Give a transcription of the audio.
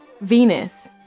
Venus